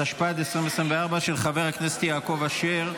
התשפ"ד 2024, של חבר הכנסת יעקב אשר.